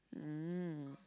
mm